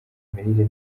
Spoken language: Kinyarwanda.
imirire